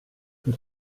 per